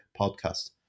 podcast